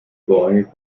vorrangig